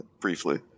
briefly